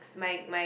my my